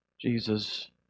Jesus